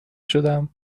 شدم